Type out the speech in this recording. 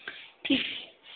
ठीक